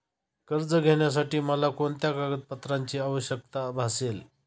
कर्ज घेण्यासाठी मला कोणत्या कागदपत्रांची आवश्यकता भासेल?